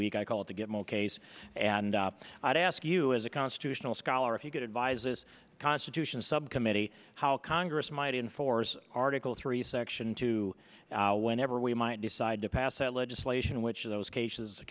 week i called to get more case and i'd ask you as a constitutional scholar if you could advise this constitution subcommittee how congress might enforce article three section two whenever we might decide to pass that legislation which in those cases the